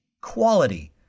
quality